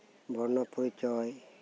ᱵᱚᱨᱱᱚ ᱯᱚᱨᱤᱪᱚᱭ